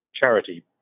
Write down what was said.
charity